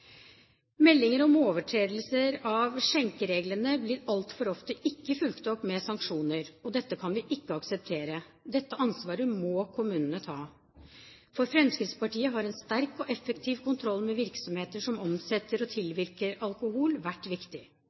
Meldinger om overtredelser av skjenkereglene blir altfor ofte ikke fulgt opp med sanksjoner, og dette kan vi ikke akseptere. Dette ansvaret må kommunene ta. For Fremskrittspartiet har en sterk og effektiv kontroll med virksomheter som omsetter og tilvirker alkohol, vært viktig.